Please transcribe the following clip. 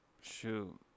shoot